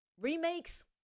remakes